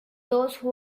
those